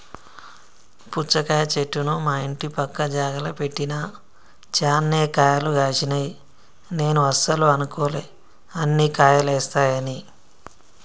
పుచ్చకాయ చెట్టును మా ఇంటి పక్క జాగల పెట్టిన చాన్నే కాయలు గాశినై నేను అస్సలు అనుకోలే అన్ని కాయలేస్తాయని